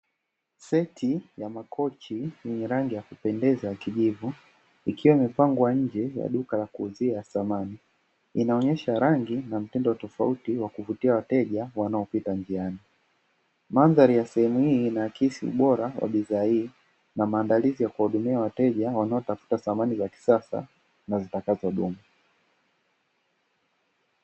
Seti ya makochi yenye rangi ya kupendeza ya kijivu ikiwa imepangwa nje ya duka la kuuzia samani inaonyesha rangi na mtindo tofauti ya kuvutia wateja wanaopita njiani. Mandhari ya sehemu hii inaakisi ubora wa bidhaa hii na maandalizi ya kuwahudumia wateja wanaotafuta samani za kisasa na zitakazodumu.